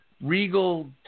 regal